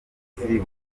umukozi